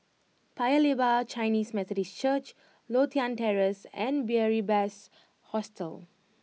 Paya Lebar Chinese Methodist Church Lothian Terrace and Beary Best Hostel